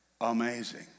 amazing